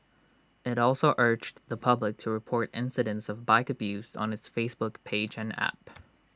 IT also urged the public to report incidents of bike abuse on its Facebook page and app